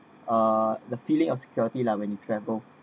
uh the feeling of security lah when you travel